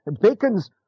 Bacon's